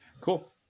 cool